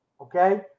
Okay